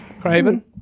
Craven